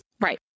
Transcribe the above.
Right